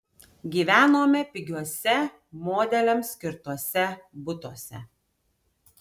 gyvenome pigiuose modeliams skirtuose butuose